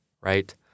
right